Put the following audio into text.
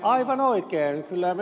aivan oikein kyllä ed